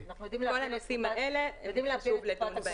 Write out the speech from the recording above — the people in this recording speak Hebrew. בכל הנושאים האלה חשוב לדון.